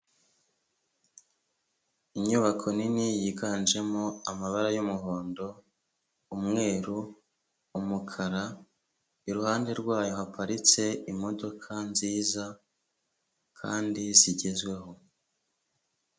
Inyubako nini yiganjemo amabara y'umuhondo, umweru, umukara, iruhande rwayo haparitse imodoka nziza kandi zigezweho.